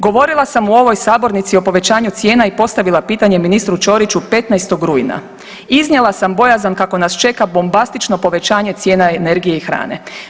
Govorila sam u ovom sabornici o povećanju cijena i postavila pitanje ministru Ćoriću 15. rujna iznijela sam bojazan kako nas čeka bombastično povećanje cijena energije i hrane.